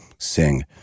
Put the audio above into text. sing